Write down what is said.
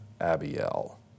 Abiel